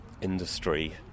industry